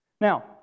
Now